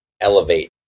elevate